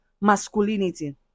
masculinity